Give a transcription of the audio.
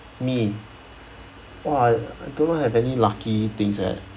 me !wah! I I don't have any lucky things eh